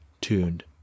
tuned